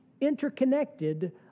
interconnected